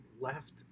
left